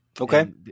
Okay